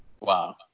Wow